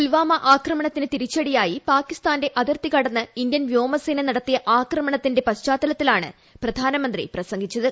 പുൽവാമ ആക്രമണത്തിന് തിരിച്ചടിയായി പാകിസ്ഥാന്റെ അതിർത്തി കടന്ന് ഇന്ത്യൻ വ്യോമസേന നടത്തിയ ആക്രമണത്തിന്റെ പശ്ചാത്തലത്തിലാണ് പ്രധാനമന്ത്രി പ്രസംഗിച്ചത്